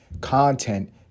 content